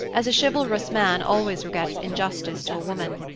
as a chivalrous man always regrets injustice to a woman.